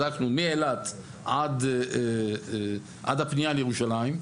בדקנו מאילת עד הפנייה לירושלים.